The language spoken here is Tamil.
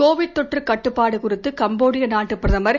கோவிட் தொற்று கட்டுப்பாடு குறித்து கம்போடியா நாட்டுப் பிரதமர் திரு